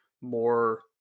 more